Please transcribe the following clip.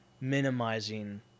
minimizing